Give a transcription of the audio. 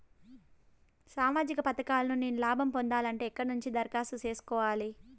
సామాజిక పథకాలను నేను లాభం పొందాలంటే ఎక్కడ నుంచి దరఖాస్తు సేసుకోవాలి?